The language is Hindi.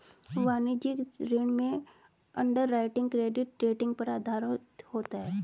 वाणिज्यिक ऋण में अंडरराइटिंग क्रेडिट रेटिंग पर आधारित होता है